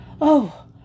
Oh